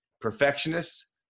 Perfectionists